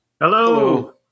hello